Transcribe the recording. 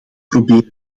proberen